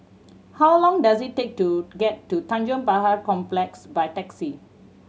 how long does it take to get to Tanjong Pagar Complex by taxi